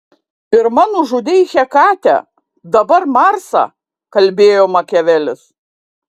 pirma nužudei hekatę dabar marsą kalbėjo makiavelis